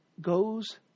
goes